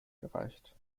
gereicht